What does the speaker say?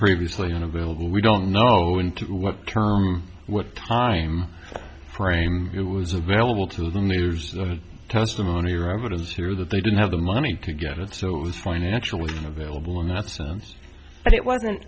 previously unavailable we don't know into what term what time frame it was available to them there's testimony or evidence here that they didn't have the money to get it so it was financially available in that sense but it wasn't